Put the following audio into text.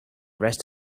rest